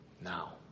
now